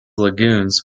lagoons